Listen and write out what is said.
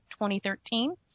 2013